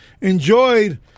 enjoyed